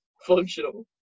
functional